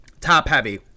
top-heavy